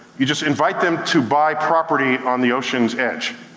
you just invite them to buy property on the ocean's edge.